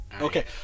Okay